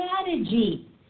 strategy